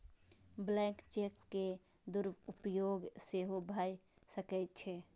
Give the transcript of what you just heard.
blank cheque के दुरुपयोग सेहो भए सकै छै